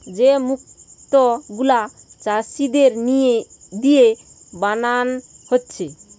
যে মুক্ত গুলা চাষীদের দিয়ে বানানা হচ্ছে